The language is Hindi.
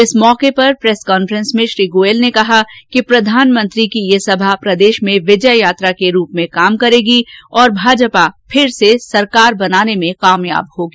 इस मौके पर प्रेस कांफेस में श्री गोयल ने कहा कि प्रधानमंत्री की यह सभा प्रदेश में विजय यात्रा के रूप में काम करेगी और फिर से भाजपा सरकार बनाने में कामयाब होगी